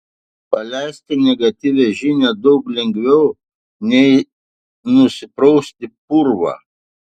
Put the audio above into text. paleisti negatyvią žinią daug lengviau nei nusiprausti purvą